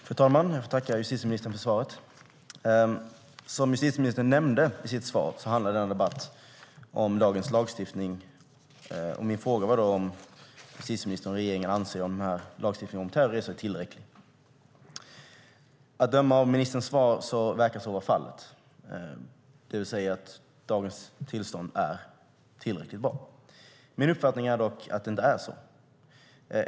Fru talman! Jag tackar justitieministern för svaret. Som justitieministern nämnde i sitt svar handlar denna debatt om dagens lagstiftning, och min fråga var om justitieministern och regeringen anser att denna lagstiftning om terrorresor är tillräcklig. Att döma av ministerns svar verkar så vara fallet, det vill säga att dagens tillstånd är tillräckligt bra. Min uppfattning är dock att det inte är så.